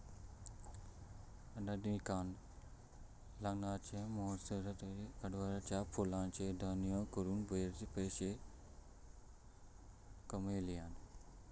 अनामिकान लग्नाच्या मोसमावक्ता गोंड्याच्या फुलांचो धंदो करून बरे पैशे कमयल्यान